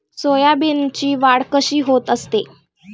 सोयाबीनची वाढ कशी होत असते?